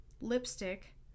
lipstick